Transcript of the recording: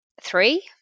three